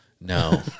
No